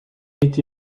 été